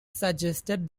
suggested